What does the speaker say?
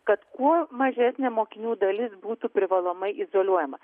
kad kuo mažesnė mokinių dalis būtų privalomai izoliuojama